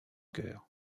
cœur